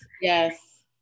Yes